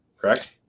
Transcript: correct